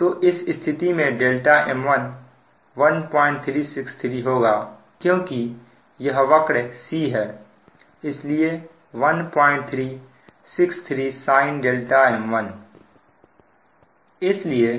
तो इस स्थिति में m11363 होगा क्योंकि यह वक्र C है इसलिए 1363 sin m1 इसलिए